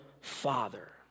father